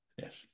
yes